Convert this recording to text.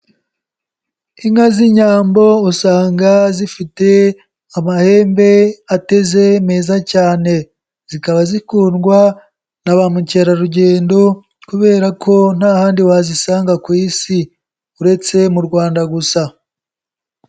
Inka z'inyambo usanga zifite amahembe ateze meza cyane, zikaba zikundwa na ba mukerarugendo kubera ko nta handi wazisanga ku isi uretse mu Rwanda gusa.